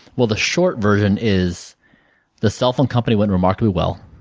well, the short version is the cell phone company went remarkably well,